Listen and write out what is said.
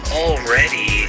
already